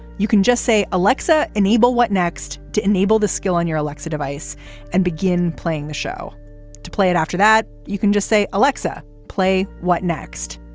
you can just say, alexa, enable what next? to enable the skill on your alexa device and begin playing the show to play it after that. you can just say, alexa, play. what next?